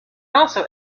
also